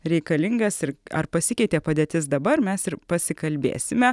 reikalingas ir ar pasikeitė padėtis dabar mes ir pasikalbėsime